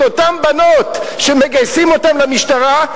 את אותן בנות שמגייסים אותן למשטרה,